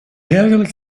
dergelijk